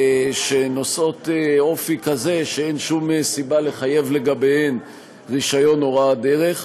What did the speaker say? שנושאות אופי כזה שאין שום סיבה לחייב לגביהן רישיון הוראת דרך.